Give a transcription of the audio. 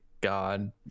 god